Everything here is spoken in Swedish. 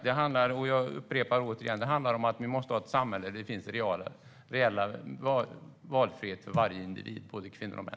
Det handlar som sagt om att vi måste ha ett samhälle där det finns reell valfrihet för varje individ, både kvinnor och män.